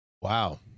Wow